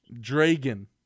Dragon